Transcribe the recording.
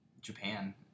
Japan